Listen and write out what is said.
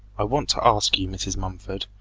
i want to ask you, mrs. mumford,